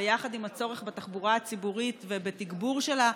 ביחד עם הצורך בתחבורה הציבורית ובתגבור שלה,